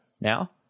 now